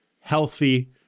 healthy